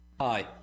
Hi